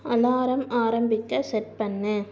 alarm ஆரம்பிக்க set பண்ணு